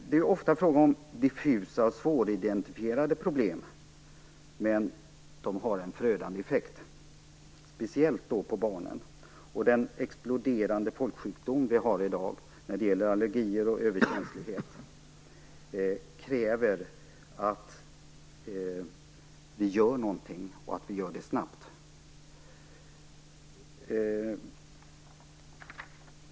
Det är ofta fråga om diffusa och svåridentifierade problem, men de har en förödande effekt, speciellt på barnen. Den exploderande folksjukdom vi har i dag i form av allergier och annan överkänslighet kräver att vi gör någonting och gör det snabbt.